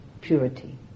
purity